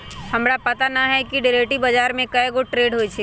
हमरा पता न हए कि डेरिवेटिव बजार में कै गो ट्रेड होई छई